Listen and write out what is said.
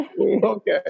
Okay